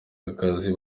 akazi